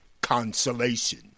consolation